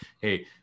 hey